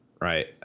right